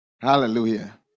Hallelujah